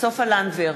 סופה לנדבר,